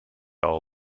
all